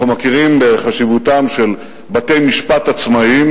אנחנו מכירים בחשיבותם של בתי-משפט עצמאיים